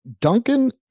Duncan